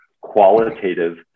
qualitative